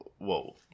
whoa